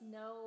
no